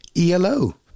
ELO